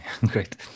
Great